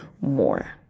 more